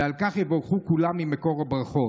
ועל כך יבורכו כולם ממקור הברכות.